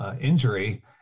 injury